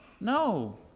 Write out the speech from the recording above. No